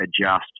adjust